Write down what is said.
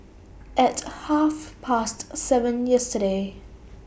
At Half Past seven yesterday